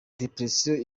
depression